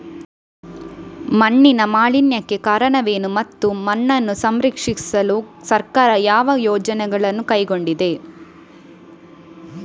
ಮಣ್ಣಿನ ಮಾಲಿನ್ಯಕ್ಕೆ ಕಾರಣವೇನು ಮತ್ತು ಮಣ್ಣನ್ನು ಸಂರಕ್ಷಿಸಲು ಸರ್ಕಾರ ಯಾವ ಯೋಜನೆಗಳನ್ನು ಕೈಗೊಂಡಿದೆ?